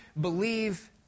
believe